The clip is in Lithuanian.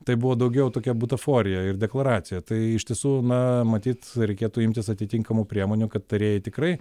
tai buvo daugiau tokia butaforija ir deklaracija tai iš tiesų na matyt reikėtų imtis atitinkamų priemonių kad tarėjai tikrai